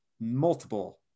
multiple